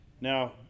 Now